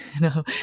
No